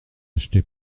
acheté